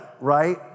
right